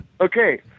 Okay